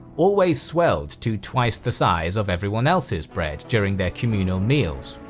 always swelled to twice the size of everyone elses' bread during their communal meals.